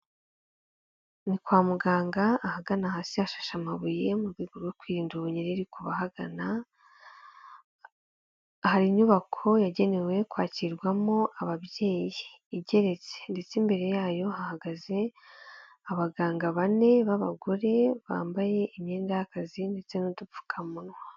Ni kwa muganga ahagana hasi hashashe amabuye mu rwego rwo kwirinda ubunyereri kubahagana, hari inyubako yagenewe kwakirwamo ababyeyi igeretse ndetse imbere yayo hahagaze abaganga bane b'abagore bambaye imyenda y'akazi ndetse n'udupfukamunwa.